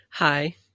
Hi